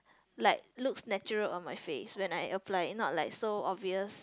like looks natural on my face when I apply not like so obvious